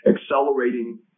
accelerating